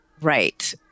right